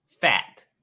fat